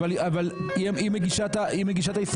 אבל היא מגישה את ההסתייגויות,